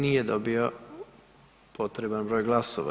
Nije dobio potreban broj glasova.